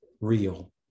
real